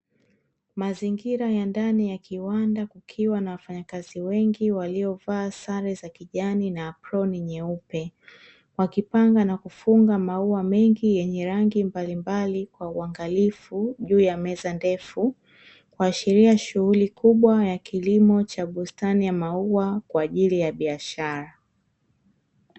Mazingira ya ndani ya kiwanda, kukiwa na wafanya kazi wengi , waliovaa sare za kijani na aproni nyeupe, wakipanga na kufunga maua mengi, yenye rangi mbalimbali kwa uangalifu , juu ya meza ndefu, kuashiria shughuli kubwa , ya kilimo cha bustani ya maua, kwaajili ya biashara.